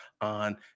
on